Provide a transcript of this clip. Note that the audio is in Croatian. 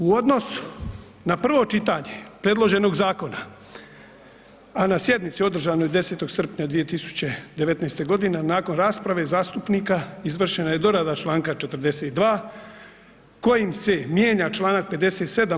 U odnosu na prvo čitanje predloženog zakona, a na sjednici održanoj 10. srpnja 2019.g., a nakon rasprave zastupnika, izvršena je dorada čl. 42. kojim se mijenja čl. 57.